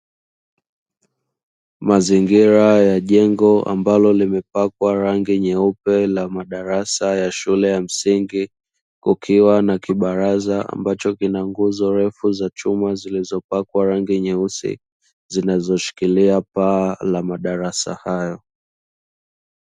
Mazingira ya jengo ambalo limepakwa rangi nyeupe la madarasa ya shule ya msingi, kukiwa na kibaraza ambacho kina nguzo ndefu za chuma zilizopakwa rangi nyeusi, zinazoshikilia paa la madarasa hayo.